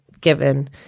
given